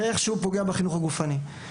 זה איכשהו פוגע בחינוך הגופני.